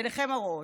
עיניכם הרואות,